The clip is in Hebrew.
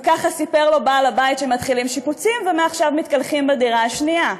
וככה סיפר לו בעל הבית שמתחילים שיפוצים ומעכשיו מתקלחים בדירה השנייה.